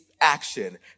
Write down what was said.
action